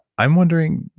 i'm wondering,